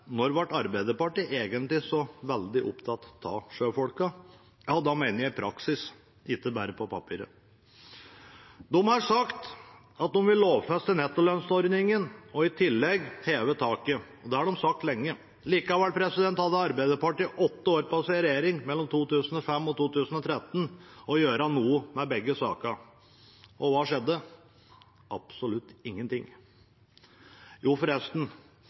Når ble Arbeiderpartiet egentlig så veldig opptatt av sjøfolkene? Og da mener jeg i praksis, ikke bare på papiret. De har sagt at de vil lovfeste nettolønnsordningen og i tillegg heve taket. Det har de sagt lenge. Likevel hadde Arbeiderpartiet åtte år på seg i regjering, mellom 2005 og 2013, til å gjøre noe med begge sakene. Og hva skjedde? Absolutt ingenting. Jo,